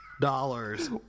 dollars